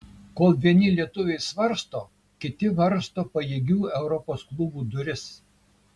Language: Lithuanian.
kol vieni lietuviai svarsto kiti varsto pajėgių europos klubų duris